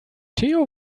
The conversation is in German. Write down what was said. theo